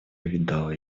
видал